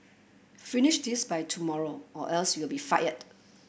finish this by tomorrow or else you'll be fired